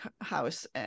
house